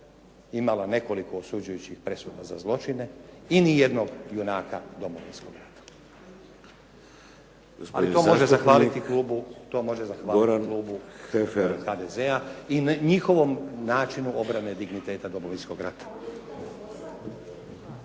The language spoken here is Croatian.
imala nekoliko osuđujućih presuda za zločine i nijednog junaka Domovinskog rata, a to može zahvaliti klubu HDZ-a i njihovom načinu obrane digniteta Domovinskog rata.